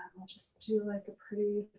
just do like a pretty,